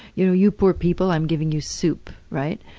you know, you poor people, i'm giving you soup, right?